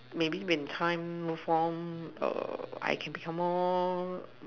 maybe when time move on I can become more